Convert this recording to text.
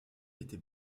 était